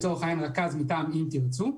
לצורך העניין רכז מטעם "אם תרצו",